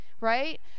right